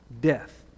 death